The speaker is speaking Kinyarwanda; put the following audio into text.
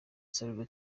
salva